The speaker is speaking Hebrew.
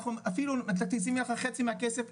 אנחנו אפילו נשים לך חצי מהכסף,